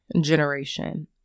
generation